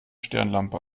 stirnlampe